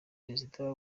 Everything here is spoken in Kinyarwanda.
prezida